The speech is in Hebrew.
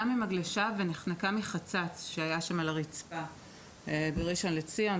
ממגלשה בגן שעשועים ציבורי בראשון לציון,